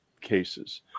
cases